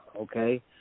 okay